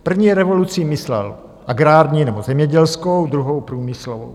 První revolucí myslel agrární nebo zemědělskou, druhou průmyslovou.